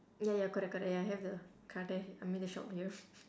ya ya correct correct ya have the car there I mean the shop here